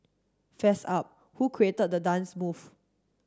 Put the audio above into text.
fess up who created the dance move